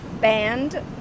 Band